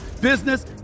business